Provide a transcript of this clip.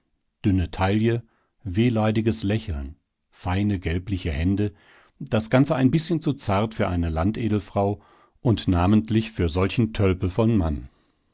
dünne taille wehleidiges lächeln feine gelbliche hände das ganze ein bißchen zu zart für eine landedelfrau und namentlich für solchen tölpel von mann